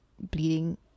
bleeding